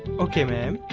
okay, ma'am.